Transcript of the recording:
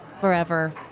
Forever